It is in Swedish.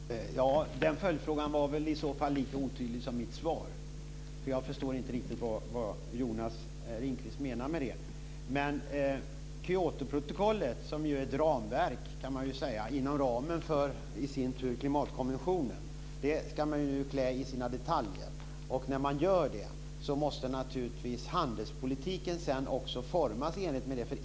Fru talman! Den följdfrågan var väl i så fall lika otydlig som mitt svar, för jag förstår inte riktigt vad Jonas Ringqvist menar. Kyotoprotokollet, som ju är ett ramverk, kan man säga, som i sin tur ligger inom ramen för klimatkonventionen, ska man ju klä i detaljer. När man gör det måste naturligtvis handelspolitiken sedan också formas i enlighet med detta.